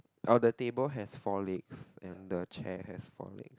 oh the table has four legs and the chairs have four legs